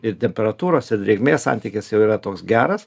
ir temperatūros ir drėgmės santykis jau yra toks geras